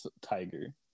tiger